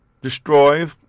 destroy